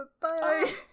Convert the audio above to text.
Bye